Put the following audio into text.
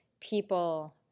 people